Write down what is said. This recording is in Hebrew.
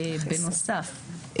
בנוסף,